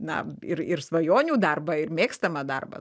na ir ir svajonių darbą ir mėgstamą darbą